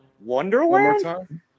Wonderland